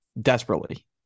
desperately